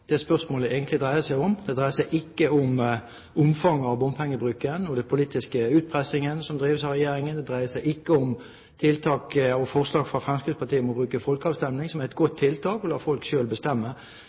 om. Det dreier seg ikke om omfanget av bompengebruk og politisk utpressing som drives av regjeringen, og det dreier seg ikke om forslag fra Fremskrittspartiet om å bruke folkeavstemning, som er et godt